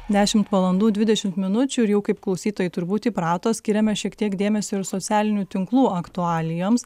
dešimt valandų dvidešimt minučių ir jau kaip klausytojai turbūt įprato skiriame šiek tiek dėmesio ir socialinių tinklų aktualijoms